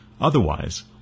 Otherwise